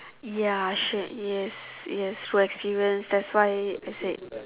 ya yes yes through experience that's why I said